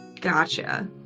Gotcha